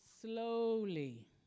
slowly